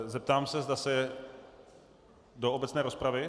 Zeptám se, zda se do obecné rozpravy?